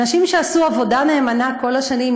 אנשים שעשו עבודה נאמנה כל השנים,